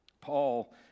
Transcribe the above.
Paul